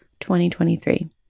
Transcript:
2023